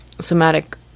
somatic